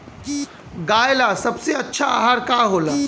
गाय ला सबसे अच्छा आहार का होला?